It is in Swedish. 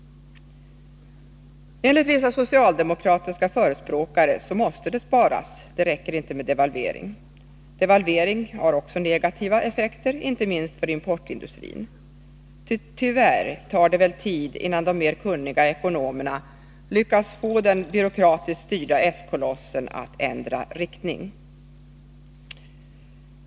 Enligt vissa socialdemokratiska förespråkare så måste det sparas — det räcker inte med devalvering. Devalvering har också negativa effekter, inte minst för importindustrin. Tyvärr tar det väl tid innan de mer kunniga ekonomerna lyckas få den byråkratiskt styrda s-kolossen att ändra riktning.